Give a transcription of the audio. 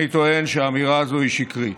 אני טוען שהאמירה הזאת היא שקרית.